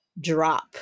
drop